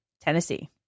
Tennessee